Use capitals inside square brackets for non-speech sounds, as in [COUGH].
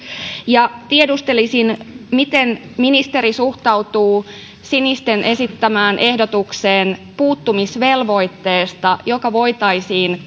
ja tiedustelisin miten ministeri suhtautuu sinisten esittämään ehdotukseen puuttumisvelvoitteesta joka voitaisiin [UNINTELLIGIBLE]